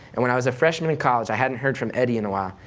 and when i was a freshman in college, i hadn't heard from eddie in a while,